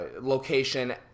Location